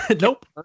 Nope